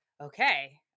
okay